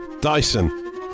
Dyson